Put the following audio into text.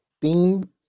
theme